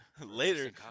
later